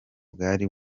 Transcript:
bwari